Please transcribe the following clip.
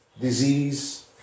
disease